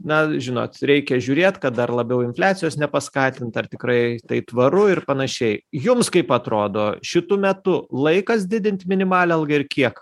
na žinot reikia žiūrėt kad dar labiau infliacijos nepaskatint ar tikrai tai tvaru ir panašiai jums kaip atrodo šitu metu laikas didint minimalią algą ir kiek